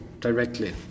directly